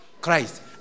Christ